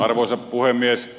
arvoisa puhemies